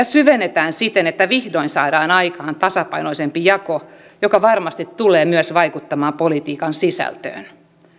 syvennetään siten että vihdoin saadaan aikaan tasapainoisempi jako joka varmasti tulee myös vaikuttamaan politiikan sisältöön